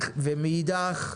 ומאידך,